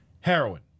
Heroin